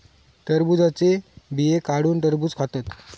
टरबुजाचे बिये काढुन टरबुज खातत